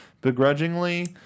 begrudgingly